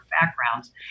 backgrounds